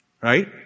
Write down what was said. Right